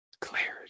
Clarity